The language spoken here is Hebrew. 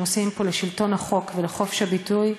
עושים פה לשלטון החוק ולחופש הביטוי,